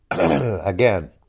Again